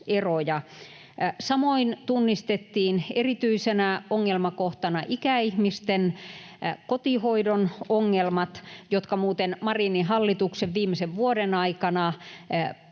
Samoin tunnistettiin erityisenä ongelmakohtana ikäihmisten kotihoidon ongelmat, jotka muuten Marinin hallituksen viimeisen vuoden aikana